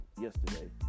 yesterday